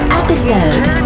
episode